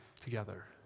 together